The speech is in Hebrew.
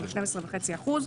של 12.5%,